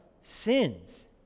sins